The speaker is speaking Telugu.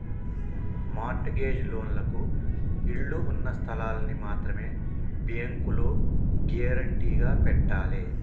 మార్ట్ గేజ్ లోన్లకు ఇళ్ళు ఉన్న స్థలాల్ని మాత్రమే బ్యేంకులో గ్యేరంటీగా పెట్టాలే